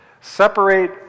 separate